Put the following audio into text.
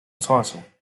title